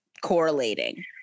correlating